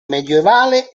medievale